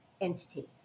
entity